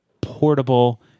portable